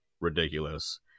ridiculous